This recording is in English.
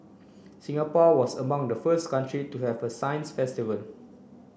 Singapore was among the first country to have a science festival